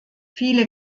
viele